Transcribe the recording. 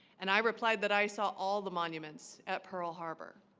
and i replied that i saw all the monuments at pearl harbor